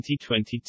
2022